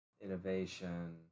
Innovation